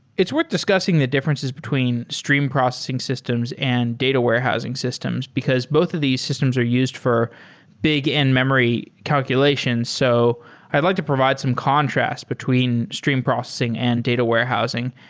it's worth discussing the differences between stream processing systems and data warehousing systems, because both of these systems are used for big in-memory calculations. so i'd like to provide some contrast between stream processing and data warehousing.